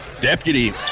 deputy